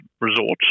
resorts